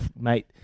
mate